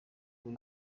uri